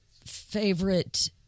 favorite